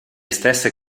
stesse